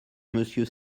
monsieur